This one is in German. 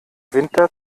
winter